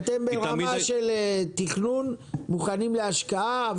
אז אתם ברמה של תכנון מוכנים להשקעה,